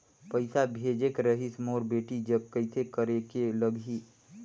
पइसा भेजेक रहिस मोर बेटी जग कइसे करेके लगही?